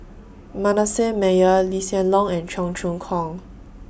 Manasseh Meyer Lee Hsien Loong and Cheong Choong Kong